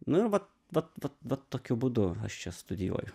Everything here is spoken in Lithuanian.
nu ir vat vat vat vat tokiu būdu aš čia studijuoju